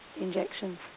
injections